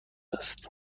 است